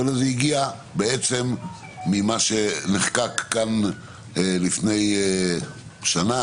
הרעיון הגיע ממה שנחקק כאן לפני שנה,